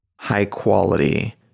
high-quality